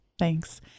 Thanks